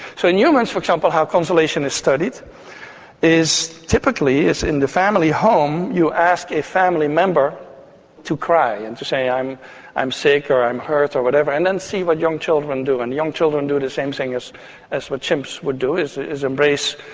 so in humans, for example, how consolation is studied is typically in the family home you ask a family member to cry and to say, i'm i'm sick or, i'm hurt or whatever, and then see what young children do. and young children do the same thing as what chimps would do, is is embrace.